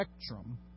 spectrum